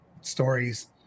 stories